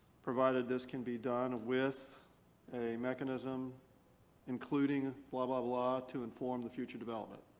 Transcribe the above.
provided this can be done with a mechanism including blah, blah, blah to inform the future development.